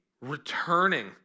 returning